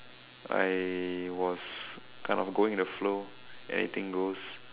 I was kind of going in the flow anything goes